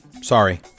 Sorry